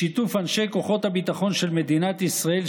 בשיתוף אנשי כוחות הביטחון של מדינת ישראל,